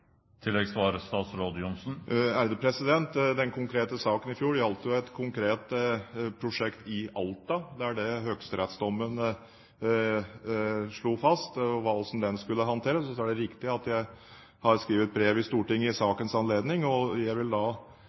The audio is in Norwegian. Den konkrete saken i fjor gjaldt et konkret prosjekt i Alta, der høyesterettsdommen slo fast hvordan den skulle håndteres. Det er riktig at jeg skrev et brev til Stortinget i sakens anledning. Jeg vil